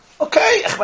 Okay